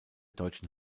deutschen